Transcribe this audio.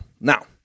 Now